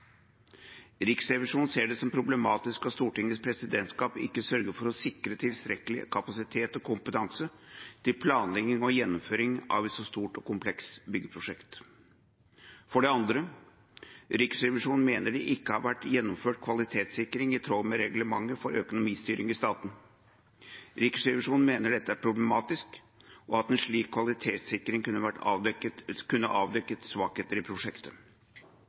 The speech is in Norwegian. Riksrevisjonen ser det som problematisk at Stortingets presidentskap ikke sørget for å sikre tilstrekkelig kapasitet og kompetanse til planlegging og gjennomføring av et så stort og komplekst byggeprosjekt. Riksrevisjonen mener det ikke har vært gjennomført kvalitetssikring i tråd med reglementet for økonomistyring i staten. Riksrevisjonen mener dette er problematisk, og at en slik kvalitetssikring kunne avdekket svakheter i prosjektet.